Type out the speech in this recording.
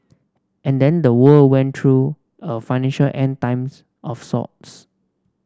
and then the world went through a financial End Times of sorts